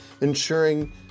ensuring